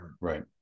Right